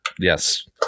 Yes